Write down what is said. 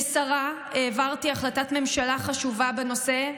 כשרה העברתי החלטת ממשלה חשובה בנושא,